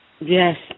Yes